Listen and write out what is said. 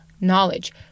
knowledge